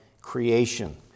creation